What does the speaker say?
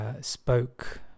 spoke